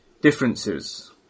differences